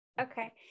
okay